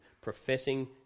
Professing